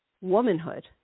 womanhood